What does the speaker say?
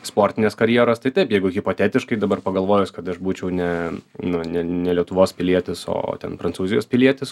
sportinės karjeros tai taip jeigu hipotetiškai dabar pagalvojus kad aš būčiau ne nu ne ne lietuvos pilietis o ten prancūzijos pilietis